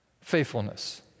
Faithfulness